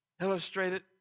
Illustrated